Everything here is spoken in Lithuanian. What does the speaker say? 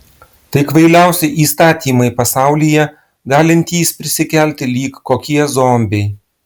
tai kvailiausi įstatymai pasaulyje galintys prisikelti lyg kokie zombiai